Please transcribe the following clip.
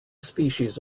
species